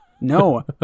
No